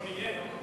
לא נהיה.